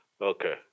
Okay